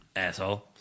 asshole